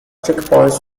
checkpoints